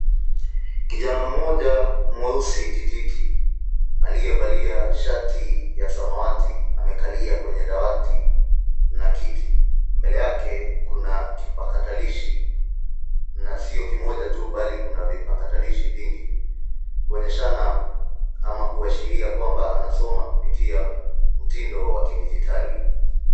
Kijana mmoja mweusi titi aliyevalia shati ya samawati amekalia kwenye dawati na kiti mbele yake kuna kipakatalishi na sio kimoja tu bali kuna vipakatalishi vingi, kuonyeshana ama kuashiria kwamba anasoma kupitia mtindo wa kidijitali.